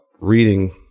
reading